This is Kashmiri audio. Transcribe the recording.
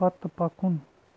پتہٕ پکُن